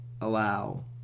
Allow